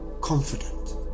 confident